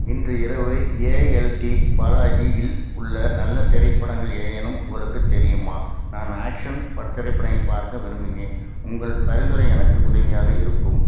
இன்று இரவு ஏஎல்டி பாலாஜியில் உள்ள நல்ல திரைப்படங்கள் ஏதேனும் உங்களுக்குத் தெரியுமா நான் ஆக்ஷன் ப திரைப்படங்களை பார்க்க விரும்புகிறேன் உங்கள் பரிந்துரை எனக்கு உதவியாக இருக்கும்